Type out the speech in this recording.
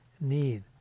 need